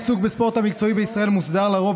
העיסוק בספורט המקצועי בישראל מוסדר לרוב